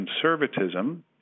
conservatism